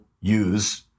use